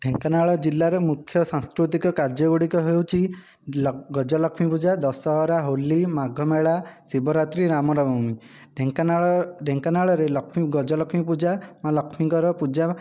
ଢେଙ୍କାନାଳ ଜିଲ୍ଲାରେ ମୁଖ୍ୟ ସାଂସ୍କୃତିକ କାର୍ଯ୍ୟ ଗୁଡ଼ିକ ହେଉଛି ଲ ଗଜଲକ୍ଷ୍ମୀ ପୂଜା ଦଶହରା ହୋଲି ମାଘମେଳା ଶିବରାତ୍ରି ରାମନବମୀ ଢେଙ୍କାନାଳ ଢେଙ୍କାନାଳରେ ଲକ୍ଷ୍ମୀ ଗଜଲକ୍ଷ୍ମୀ ପୂଜା ମା' ଲକ୍ଷ୍ମୀଙ୍କର ପୂଜା